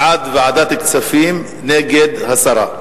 בעד, ועדת הכספים, נגד, הסרה.